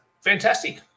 fantastic